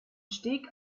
steg